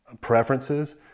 preferences